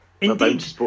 Indeed